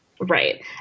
right